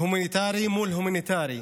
הומניטרי מול הומניטרי.